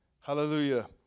hallelujah